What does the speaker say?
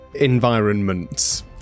environments